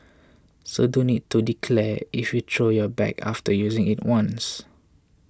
so don't need to declare if you throw your bag after using it once